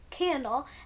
candle